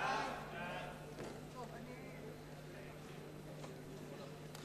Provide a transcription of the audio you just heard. בקשת הממשלה להאריך בצו את תוקפו של חוק